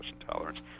intolerance